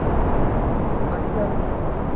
ᱟᱹᱰᱤ ᱜᱟᱱ